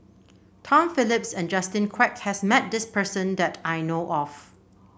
Tom Phillips and Justin Quek has met this person that I know of